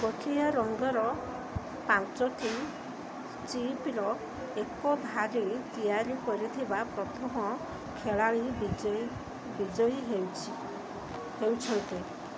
ଗୋଟିଏ ରଙ୍ଗର ପାଞ୍ଚଟି ଚିପ୍ର ଏକ ଭାରି ତିଆରି କରିଥିବା ପ୍ରଥମ ଖେଳାଳି ବିଜୟୀ ବିଜୟୀ ହେଉଛି ହେଉଛନ୍ତି